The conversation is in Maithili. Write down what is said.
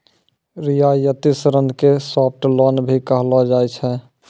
रियायती ऋण के सॉफ्ट लोन भी कहलो जाय छै